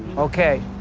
okay,